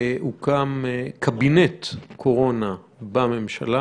הוקם קבינט קורונה בממשלה